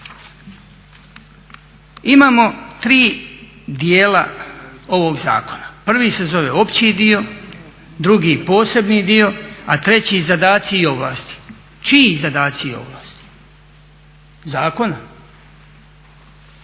Imamo tri dijela ovog zakona. Prvi se zove opći dio, drugi posebni dio, a treći zadaci i ovlasti. Čiji zadaci i ovlasti? Zakona?